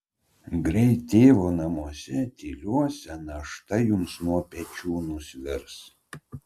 greit tėvo namuose tyliuose našta jums nuo pečių nusvirs